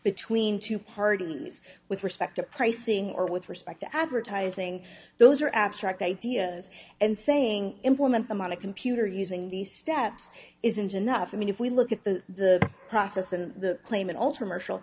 between two parties with respect to pricing or with respect to advertising those are abstract ideas and saying implement them on a computer using these steps isn't enough i mean if we look at the process and the claim of ultra marshall